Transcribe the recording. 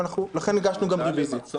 ולכן הגשנו גם רוויזיה.